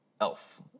Elf